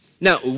Now